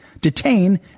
detain